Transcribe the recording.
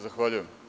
Zahvaljujem.